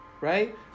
right